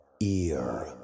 ear